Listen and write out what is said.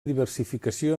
diversificació